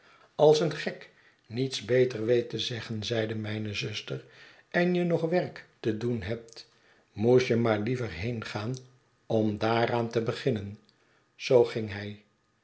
als een gek niets beter weet te zeggen zeide mijne zuster en je nog werk te doen hebt moest je maar liever heengaan om daaraan te beginnen zoo ging hij